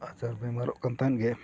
ᱟᱡᱟᱨ ᱵᱮᱢᱟᱨᱚᱜ ᱠᱟᱱ ᱛᱟᱦᱮᱸᱫ ᱜᱮ